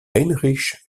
heinrich